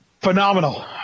Phenomenal